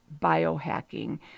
biohacking